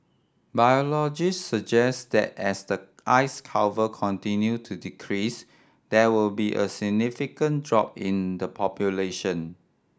biologists suggest that as the ice cover continue to decrease there will be a significant drop in the population